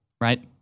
right